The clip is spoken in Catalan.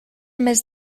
més